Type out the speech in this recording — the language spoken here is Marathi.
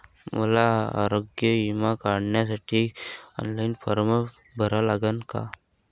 मले आरोग्य बिमा काढासाठी ऑनलाईन फारम भरा लागन का?